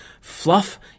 fluff